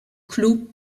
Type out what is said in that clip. clos